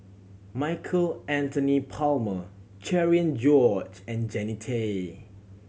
Michael Anthony Palmer Cherian George and Jannie Tay